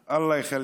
(אומר בערבית: אללה ישמור.)